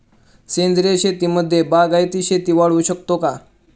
सेंद्रिय शेतीमध्ये बागायती शेती वाढवू शकतो का?